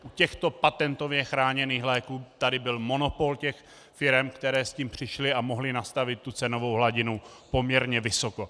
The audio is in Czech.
U těchto patentově chráněných léků tady byl monopol firem, které s tím přišly a mohly nastavit cenovou hladinu poměrně vysoko.